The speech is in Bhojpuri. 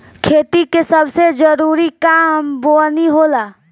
खेती के सबसे जरूरी काम बोअनी होला